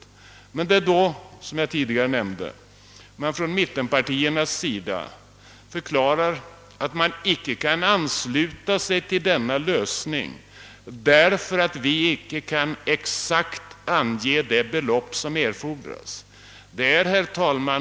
Mittenpartierna förklarar då, som jag tidigare nämnde, att de inte kan ansluta sig till denna lösning därför att vi inte exakt kan ange det belopp som erfordras. Herr talman!